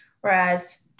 whereas